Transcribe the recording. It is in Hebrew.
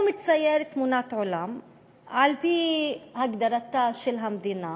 הוא מצייר תמונת עולם על-פי הגדרתה של המדינה